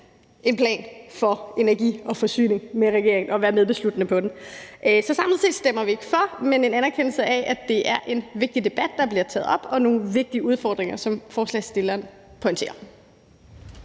en plan for energi og forsyning med regeringen og være medbesluttende på den. Så samlet set stemmer vi ikke for, men vi anerkender, at det er en vigtig debat, der bliver taget op, og at det er nogle vigtige udfordringer, som forslagsstilleren pointerer.